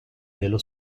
dello